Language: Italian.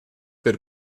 per